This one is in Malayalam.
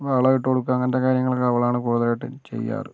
വളം ഇട്ടുകൊടുക്കുക അങ്ങനത്തെ കാര്യങ്ങൾ ഒക്കെ അവളാണ് കൂടുതലായിട്ടും ചെയ്യാറ്